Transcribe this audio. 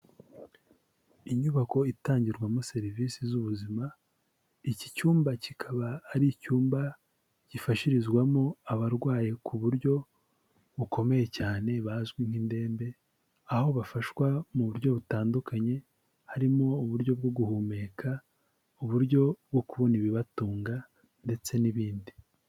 Inyubako itangirwamo serivisi z'ubuzima, iki cyumba kikaba ari icyumba gifashirizwamo abarwayi ku buryo bukomeye cyane bazwi nk'indembe, aho bafashwa mu buryo butandukanye harimo uburyo bwo guhumeka, uburyo bwo kubona ibibatunga ndetse n'ibindi.